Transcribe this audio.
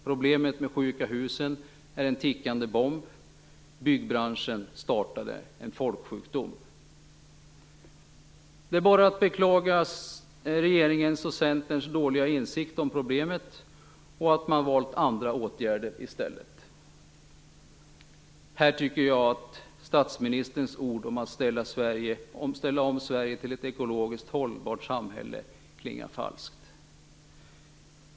Problemet med sjuka hus är en tickande bomb. Byggbranschen startade en folksjukdom. Det är bara att beklaga regeringens och Centerns dåliga insikt om problemet och att man i stället valt andra åtgärder. Här tycker jag att statsministerns ord om att ställa om Sverige till ett ekologiskt hållbart samhälle klingar falskt.